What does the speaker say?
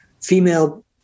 female